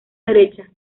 derecha